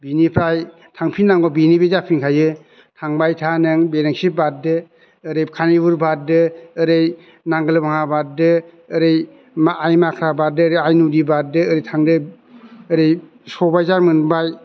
बिनिफ्राय थांफिन नांगौआ बेनो बे जाफिन खायो थांबाय था नों बिरेंसि बारदो ओरै फानिपुर बारदो ओरै नांगोल भाङा बारदो ओरै आइ माख्रा बारदो ओरै आइ नदि बारदो ओरै थांदो ओरै सबायजार मोनबाय